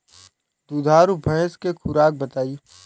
दुधारू भैंस के खुराक बताई?